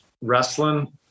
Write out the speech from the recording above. wrestling